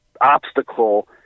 obstacle